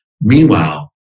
Meanwhile